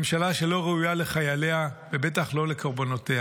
ממשלה שלא ראויה לחייליה ובטח לא לקורבנותיה,